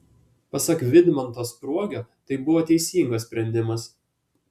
pasak vidmanto spruogio tai buvo teisingas sprendimas